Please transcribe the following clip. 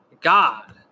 God